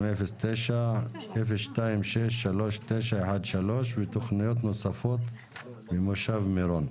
מס' 209-0263913 ותכניות נוספות במושב מירון.